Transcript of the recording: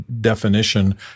definition